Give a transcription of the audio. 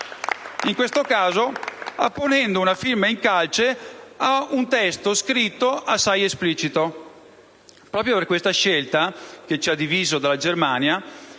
In questo caso apponendo una firma in calce a un testo scritto assai esplicito. Proprio questa scelta, che ci ha diviso dalla Germania,